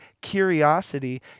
curiosity